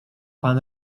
pan